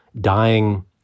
dying